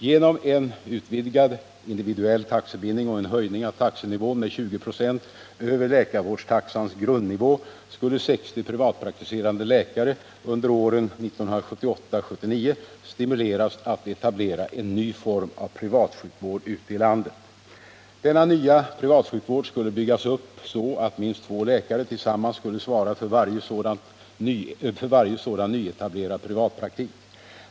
Genom en utvidgad individuell taxebindning och en höjning av taxenivån med 20 96 över läkarvårdstaxans grundnivå skulle 60 privatpraktiserande läkare underåren 1978 och 1979 stimuleras att etablera en ny form av privatsjukvård ute i landet. Denna nya privatsjukvård skulle byggas upp så att minst två läkare tillsammans skulle svara för varje sådan nyetablerad privatpraktik.